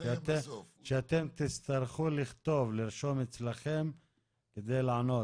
שאתם תצטרכו לרשום אצלכם כדי לענות.